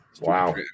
wow